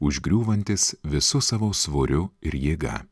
užgriūvantis visu savo svoriu ir jėga